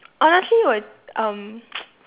honestly 我 um